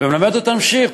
ומלמד אותם שיר,